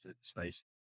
space